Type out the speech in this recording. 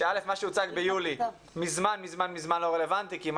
שקודם כל מה שהוצג ביולי מזמן מזמן מזמן לא רלוונטי כי,